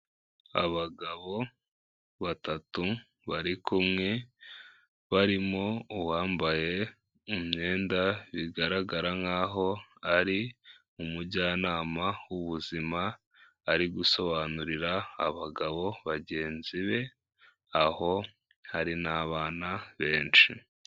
Abagabo batatu barikumwe barimo uwambaye imyenda bigaragara nk'aho ari umujyanama w'ubuzima, ari gusobanurira abagabo bagenzi be aho hari n'abana benshi.